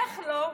איך לא?